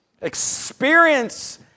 Experience